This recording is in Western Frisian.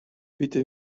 wite